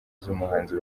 z’umuhanzi